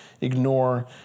ignore